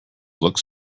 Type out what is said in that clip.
looks